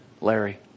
Larry